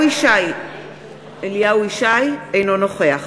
אליהו ישי, אינו נוכח